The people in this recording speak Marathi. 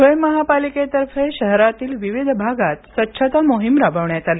धुळे महापालिकेतर्फे शहरातील विविध भागात स्वच्छता मोहीम राबविण्यात आली